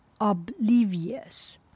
oblivious